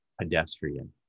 pedestrian